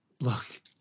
look